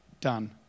done